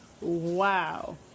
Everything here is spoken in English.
Wow